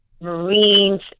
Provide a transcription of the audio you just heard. Marines